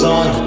on